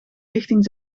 richting